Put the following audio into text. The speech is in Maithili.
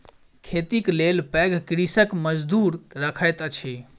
खेतीक लेल पैघ कृषक मजदूर रखैत अछि